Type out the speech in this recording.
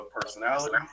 personality